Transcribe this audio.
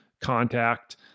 contact